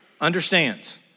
understands